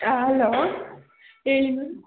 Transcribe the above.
ಆಂ hello ಹೇಳಿ ma'am